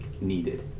needed